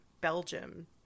Belgium